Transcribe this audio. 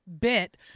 bit